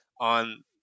on